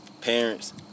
parents